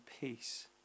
peace